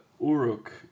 Uruk